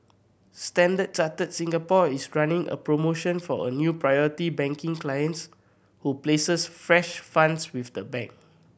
Standard Chartered Singapore is running a promotion for a new Priority Banking clients who places fresh funds with the bank